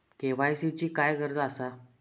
KYC ची काय गरज आसा?